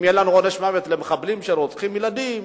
אם יהיה לנו עונש מוות למחבלים שרוצחים ילדים,